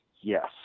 yes